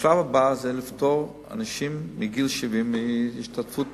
והשלב הבא הוא לפטור אנשים מגיל 70 מהשתתפות בתרופות.